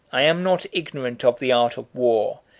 i am not ignorant of the art of war,